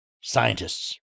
scientists